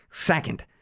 Second